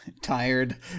tired